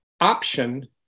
option